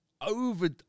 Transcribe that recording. over